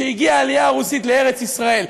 כשהגיעה העלייה הרוסית לארץ-ישראל,